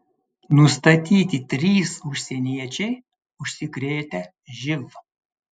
nustatyti trys užsieniečiai užsikrėtę živ